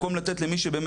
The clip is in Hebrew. במקום לתת באמת למי שצריך.